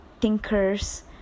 thinkers